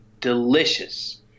delicious